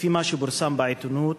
לפי מה שפורסם בעיתונות,